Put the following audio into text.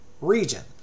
region